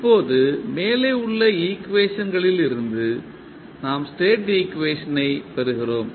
இப்போது மேலே உள்ள ஈக்குவேஷன்களிலிருந்து நாம் ஸ்டேட் ஈக்குவேஷனை பெறுகிறோம்